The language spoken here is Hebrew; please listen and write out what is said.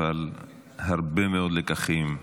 אבל הרבה מאוד לקחים,